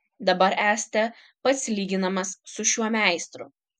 dabar esate pats lyginamas su šiuo meistru